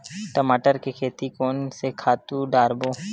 टमाटर के खेती कोन से खातु डारबो?